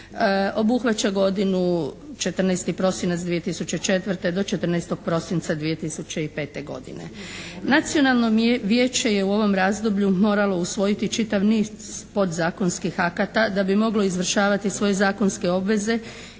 obuhvaća godinu 14. prosinac 2004. do 14. prosinca 2005. godine. Nacionalno vijeće je u ovom razdoblju moralo usvojiti čitav niz podzakonskih akata da bi moglo izvršavati svoje zakonske obveze